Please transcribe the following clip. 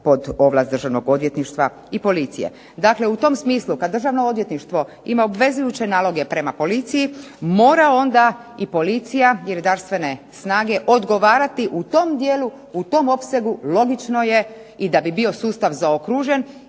pod ovlast Državnog odvjetništva i policije. Dakle, u tom smislu kad Državno odvjetništvo ima obvezujuće naloge prema policiji mora onda i policija i redarstvene snage odgovarati u tom dijelu, u tom opsegu logično je i da bi bio sustav zaokružen